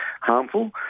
harmful